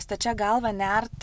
stačia galva nert